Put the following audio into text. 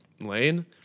lane